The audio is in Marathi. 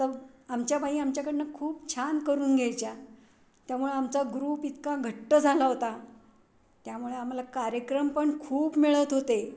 तर आमच्या बाई आमच्याकडनं खूप छान करून घ्यायच्या त्यामुळे आमचा ग्रुप इतका घट्ट झाला होता त्यामुळे आम्हाला कार्यक्रम पण खूप मिळत होते